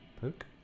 poke